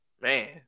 man